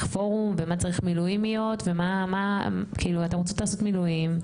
פורום ומה צריך מילואימיות ומה כאילו אתם רוצות לעשות מילואים,